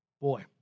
Boy